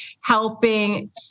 helping